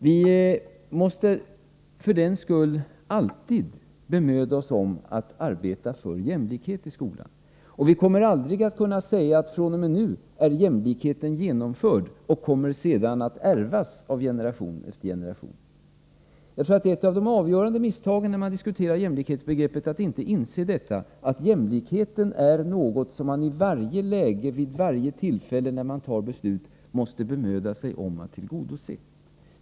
Vi måste för den skull alltid bemöda oss om att arbeta för jämlikhet i skolan. Vi kommer aldrig att kunna säga att jämlikheten fr.o.m. nu är genomförd och sedan kommer att ärvas av generation efter generation. Jag tror att ett av de avgörande misstagen när man diskuterar jämlikhetsbegreppet är att inte inse att jämlikheten är något som man i varje läge, vid varje tillfälle när man fattar beslut, måste bemöda sig om att tillgodose.